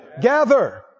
Gather